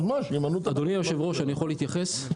להתייחס?